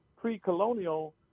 pre-colonial